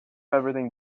everything